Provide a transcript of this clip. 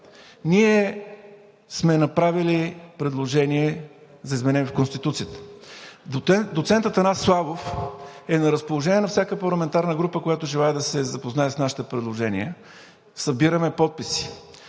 Ние сме направили предложение за изменение в Конституцията. Доцент Атанас Славов е на разположение на всяка парламентарна група, която желае да се запознае с нашите предложения, събираме подписи.